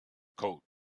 coat